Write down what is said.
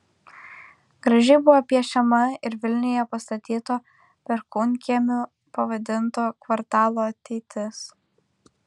gražiai buvo piešiama ir vilniuje pastatyto perkūnkiemiu pavadinto kvartalo ateitis